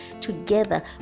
together